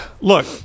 look